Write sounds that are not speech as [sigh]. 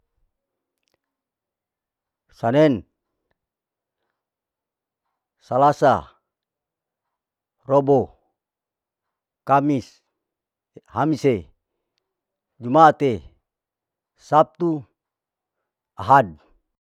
Sanen, salasa, robo, kamis [hesitation] hamise, jumaate, sabtu, ahad.